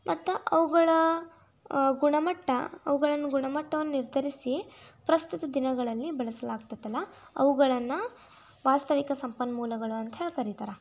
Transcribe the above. ಮತ್ತೆ ಅವುಗಳ ಗುಣಮಟ್ಟ ಅವುಗಳ ಗುಣಮಟ್ಟವನ್ನು ನಿರ್ಧರಿಸಿ ಪ್ರಸ್ತುತ ದಿನಗಳಲ್ಲಿ ಬಳಸಲಾಗ್ತೈತಲ್ಲಾ ಅವುಗಳನ್ನು ವಾಸ್ತವಿಕ ಸಂಪನ್ಮೂಲಗಳು ಅಂತ ಹೇಳೆ ಕರಿತಾರೆ